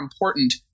important